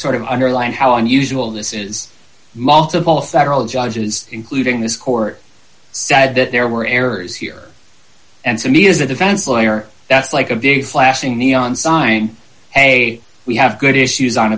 sort of underline how unusual this is multiple federal judges including this court said that there were errors here and so me as a defense lawyer that's like a big flashing neon sign hey we have good issues on